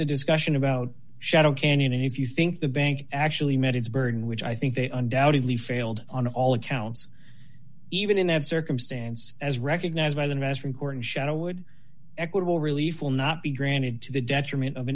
the discussion about shadow canyon and if you think the bank actually met its burden which i think they undoubtedly failed on all accounts even in that circumstance as recognized by them as from corn shadow would equitable relief will not be granted to the detriment of